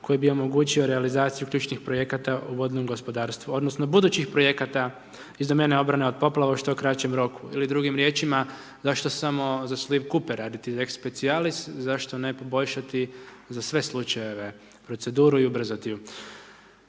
koji bi omogućio realizaciju ključnih projekata u vodnom gospodarstvu, odnosno budućih projekata iz domene obrane od poplave u što kraćem roku ili drugim riječima, zašto samo za sliv Kupe raditi Lex specialis, zašto ne poboljšati za sve slučajeve, proceduru i ubrzati ju?